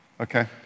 Okay